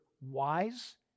wise